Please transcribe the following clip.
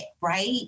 right